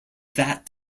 that